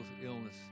illness